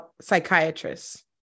psychiatrists